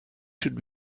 should